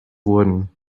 wurden